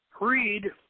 read